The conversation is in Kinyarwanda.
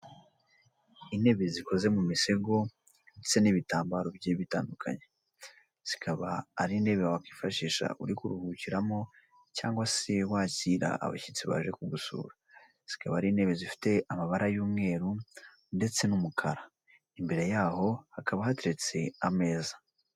Intebe zikoze mu misego ndetse n'ibitambaro bigiye bitandukanye, zikaba ari intebe wakwifashisha uri kuruhukiramo cyangwa se wakira abashyitsi baje kugusura, zikaba ari intebe zifite amabara y'umweru ndetse n'umukara, imbere yaho hakaba hateretse ameza.